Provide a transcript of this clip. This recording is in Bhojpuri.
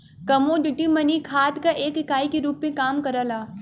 कमोडिटी मनी खात क एक इकाई के रूप में काम करला